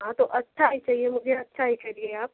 हाँ तो अच्छा ही चाहिए मुझे अच्छा ही करिये आप